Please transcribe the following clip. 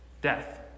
death